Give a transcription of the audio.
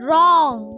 Wrong